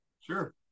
Sure